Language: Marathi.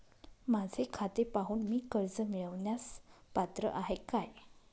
माझे खाते पाहून मी कर्ज मिळवण्यास पात्र आहे काय?